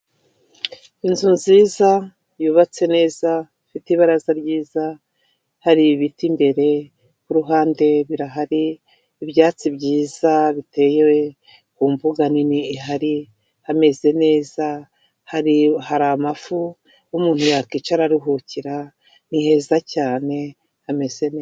Inzu nziza yubatse neza ifite ibaraza ryiza hari ibiti imbere ku ruhande birahari ibyatsi byiza biteye ku mbuga nini ihari, hameze neza hari amafu umuntu yakwicara ara aruhukira, niheza cyane hameze neza.